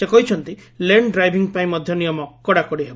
ସେ କହିଛନ୍ତି lane driving ପାଇଁ ମଧ୍ଧ ନିୟମ କଡ଼ାକଡ଼ି ହେବ